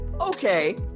Okay